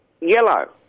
yellow